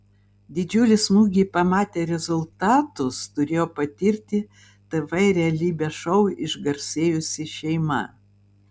didžiulį smūgį pamatę rezultatus turėjo patirti tv realybės šou išgarsėjusi šeima